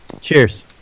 Cheers